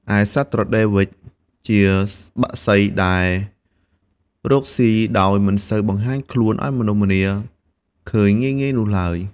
ឯសត្វត្រដេវវ៉ិចជាបក្សីដែលរកស៊ីដោយមិនសូវបង្ហាញខ្លួនឱ្យមនុស្សម្នាឃើញងាយៗនោះឡើយ។